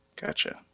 gotcha